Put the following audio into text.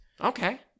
Okay